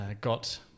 got